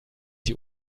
die